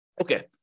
Okay